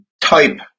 type